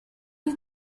you